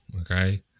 okay